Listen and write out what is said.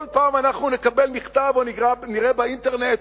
כל פעם אנחנו נקבל מכתב או נראה באינטרנט